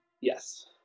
Yes